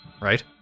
Right